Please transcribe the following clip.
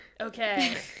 Okay